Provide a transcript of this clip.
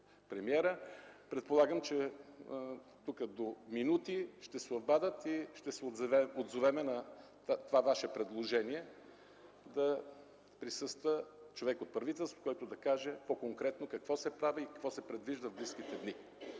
Предполагам, че до минути ще се обадят и ще се отзовем на Вашето предложение – да присъства човек от правителството, който да каже по-конкретно какво се прави и какво се предвижда в близките дни.